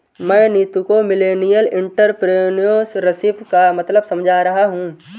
मैं नीतू को millennial entrepreneurship का मतलब समझा रहा हूं